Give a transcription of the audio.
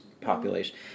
population